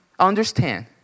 Understand